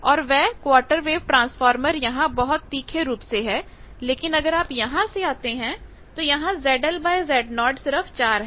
और वह quarter wave transformer यहां बहुत तीखे रूप से है लेकिन अगर आप यहां आते हैं तो यहां ZL Z0 सिर्फ 4 है